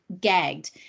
gagged